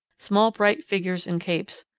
small bright figures in capes,